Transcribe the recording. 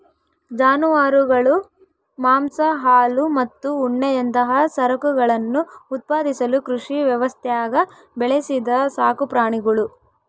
ಜಾನುವಾರುಗಳು ಮಾಂಸ ಹಾಲು ಮತ್ತು ಉಣ್ಣೆಯಂತಹ ಸರಕುಗಳನ್ನು ಉತ್ಪಾದಿಸಲು ಕೃಷಿ ವ್ಯವಸ್ಥ್ಯಾಗ ಬೆಳೆಸಿದ ಸಾಕುಪ್ರಾಣಿಗುಳು